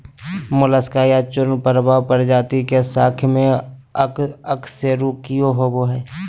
Mollusca या चूर्णप्रावार प्रजातियों के संख्या में अकशेरूकीय होबो हइ